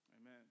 Amen